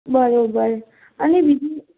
બરાબર અને બીજું